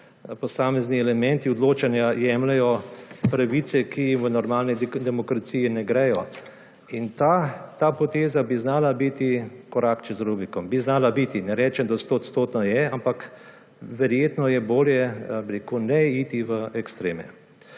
posamezni elementi odločanja jemljejo pravice, ki v normalni demokraciji ne gredo. In ta poteza bi znala biti korak čez rubikon, bi znala biti. Ne rečem, da stoodstotno je, ampak verjetno je bolje ne iti v ekstreme.